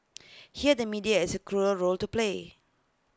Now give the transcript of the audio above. here the media has cruel role to play